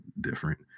different